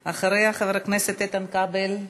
אחריה, חבר הכנסת איתן כבל.